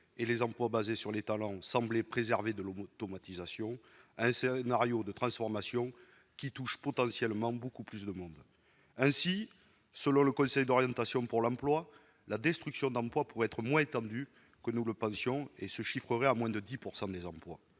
et ceux qui sont fondés sur les talents semblaient préservés de l'automatisation à un scénario de transformation qui touche potentiellement beaucoup plus de monde. Ainsi, selon le Conseil d'orientation pour l'emploi, ou COE, la destruction d'emplois pourrait être moins étendue que nous le pensons et se chiffrer à moins de 10 % des emplois.